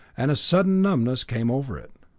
and a sudden numbness came over it.